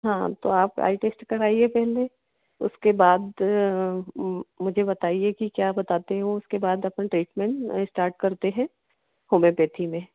हाँ तो आप आई टेस्ट करवाइए पहले उसके बाद मुझे बताइए कि क्या बताते हैं वो उसके बाद अपन ट्रेटमेंट स्टार्ट करते हैं होमोपैथी में